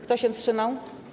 Kto się wstrzymał?